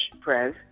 Prez